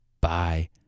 Bye